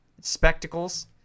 spectacles